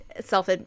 Self